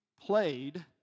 played